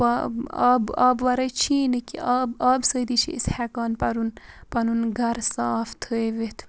پا آب آبہٕ وَرٲے چھِی نہٕ کینٛہہ آب آب سۭتی چھِ أسۍ ہیٚکان پَرُن پَنُن گَرٕ صاف تھٲوِتھ